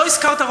לא הזכרת,